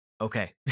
okay